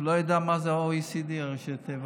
לא ידע מה זה OECD, ראשי תיבות.